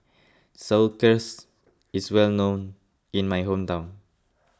Sauerkraut is well known in my hometown